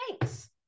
Thanks